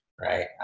right